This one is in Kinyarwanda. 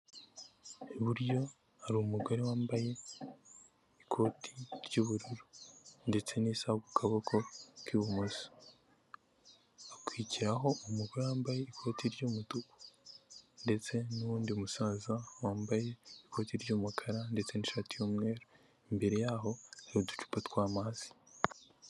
Iburyo hari umugore wambaye ikoti ry'ubururu, ndetse n'isaha ku kaboko k'ibumoso, hakurikiraho umugore wambaye ikoti ry'umutuku ndetse n'uwundi musaza wambaye ikoti ry'umukara ndetse n'ishati y'umweru, imbere y'aho, hari uducupa tw'amazi.